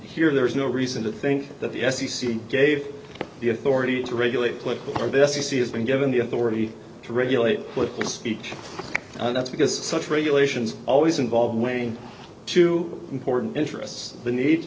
here there is no reason to think that the f c c gave the authority to regulate political or this you see has been given the authority to regulate political speech and that's because such regulations always involve wayne two important interests the need